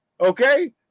okay